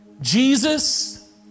Jesus